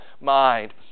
mind